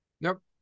Nope